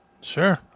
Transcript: Sure